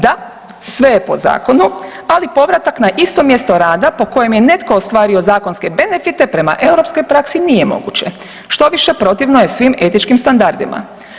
Da, sve je po zakonu ali povratak na isto mjesto rada po kojem je netko ostvario zakonske benefite prema europskoj praksi nije moguće, štoviše protivno je svim etičkim standardima.